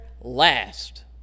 Last